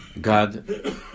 God